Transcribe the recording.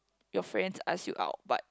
your friends asked you out but